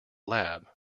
lab